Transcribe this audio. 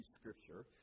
scripture